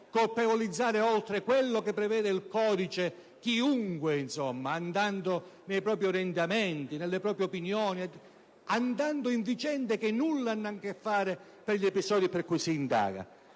colpevolizzare oltre ciò che prevede il codice chiunque, guardando ai suoi orientamenti, alle sue opinioni, parla di vicende che nulla hanno a che fare con gli episodi per cui si indaga.